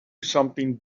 something